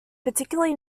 particularly